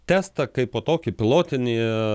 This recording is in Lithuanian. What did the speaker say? testą kaipo tokį pilotinį